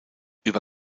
über